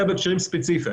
אלא בהקשרים ספציפיים.